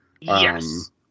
Yes